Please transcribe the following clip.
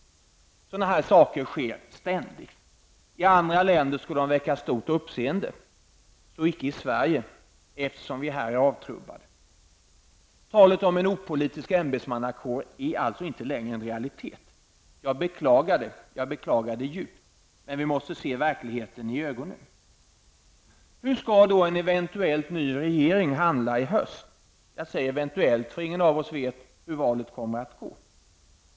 Sådana här saker sker ständigt. I andra länder skulle de väcka stort uppseende. Så icke i Sverige, eftersom vi här är avtrubbade. Talet om en opolitisk ämbetsmannakår är alltså inte längre en realitet. Jag beklagar det djupt, men vi måste se verkligheten i ögonen. Hur skall då en eventuellt ny regering handla i höst? Jag säger ''eventuellt'', eftersom ingen av oss vet hur valet kommer att utfalla.